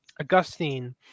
Augustine